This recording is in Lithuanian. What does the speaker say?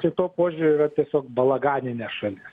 šituo požiūriu yra tiesiog balaganinė šalis